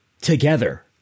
together